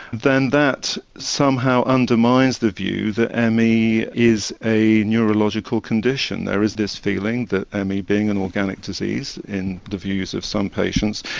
then that somehow undermines the view that and me is a neurological condition. there is this feeling that ah me, being an organic disease in the views of some patients,